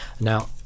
Now